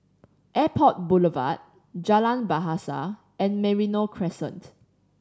Airport Boulevard Jalan Bahasa and Merino Crescent